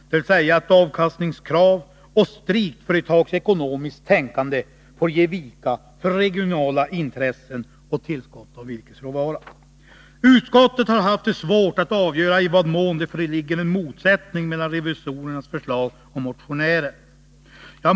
Det innebär att avkastningskrav och strikt företagsekonomiskt tänkande får ge vika för regionala intressen och önskemålet om tillskott av virkesråvara. Utskottet har haft svårt att avgöra i vad mån det föreligger en motsättning mellan revisorernas förslag och motionärens.